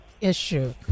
issue